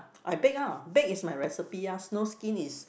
I bake ah bake is my recipe ah snowskin is